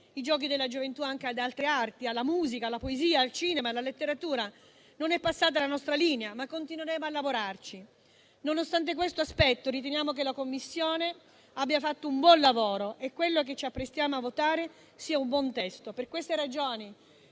i Giochi della gioventù anche ad altre arti, quali la musica, la poesia, il cinema, la letteratura. Non è passata la nostra linea, ma continueremo a lavorarci. Nonostante questo aspetto, riteniamo che la Commissione abbia fatto un buon lavoro e che quello che ci apprestiamo a votare sia un buon testo. Per queste ragioni,